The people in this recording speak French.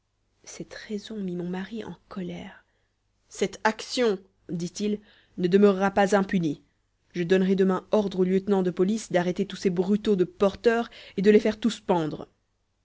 cette raison mit mon mari en colère cette action dit-il ne demeurera pas impunie je donnerai demain ordre au lieutenant de police d'arrêter tous ces brutaux de porteurs et de les faire tous pendre